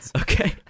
Okay